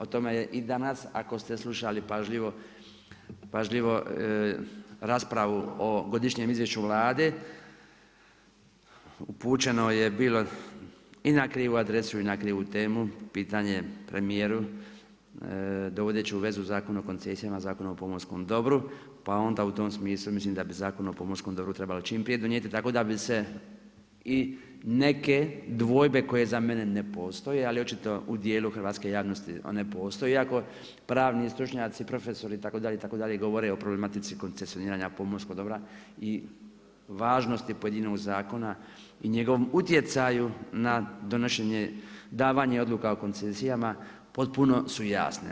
O tome je i danas, ako ste slušali pažljivo raspravu o godišnjem izvješću vlade, upućeno je bilo i na krivu adresu i na krivu temu pitanje premjeru dovodeći u vezu Zakon o koncesijama, Zakon o pomorskom dobru, pa onda u tom smislu, mislim da bi Zakon o pomorskom dobru trebalo čim prije donijeti, tako da bi se i neke dvojbe koje za mene ne postoje, ali očito u dijelu hrvatske javnosti, one postoje, iako pravni stručnjaci, profesori, itd. govore o problematici koncesijoniranja pomorskog dobra i važnosti pojedinačnog zakona i njegovog utjecaju na donošenje, davanje odluka o koncesijama, potpuno su jasne.